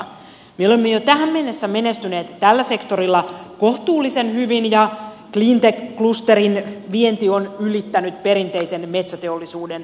me olemme jo tähän mennessä menestyneet tällä sektorilla kohtuullisen hyvin ja cleantech klusterin vienti on ylittänyt perinteisen metsäteollisuuden viennin